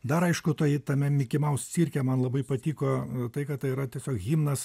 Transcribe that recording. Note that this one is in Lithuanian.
dar aišku toj tame miki maus cirke man labai patiko tai kad tai yra tiesiog himnas